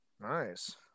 Nice